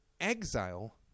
exile